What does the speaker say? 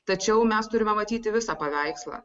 tačiau mes turime matyti visą paveikslą